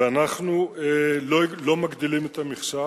ואנחנו לא מגדילים את המכסה.